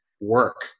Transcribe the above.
work